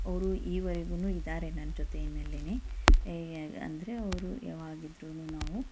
ಅವರು ಈವರೆಗೂ ಇದ್ದಾರೆ ನನ್ನ ಜೊತೆನಲ್ಲೇ ಹೇ ಅಂದರೆ ಯಾವಾಗಿದ್ರೂ ನಾವು